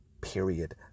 Period